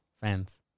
fans